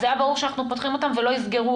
אז היה ברור שאנחנו פותחים אותם ולא יסגרו